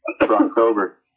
October